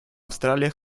австралия